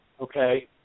okay